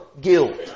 guilt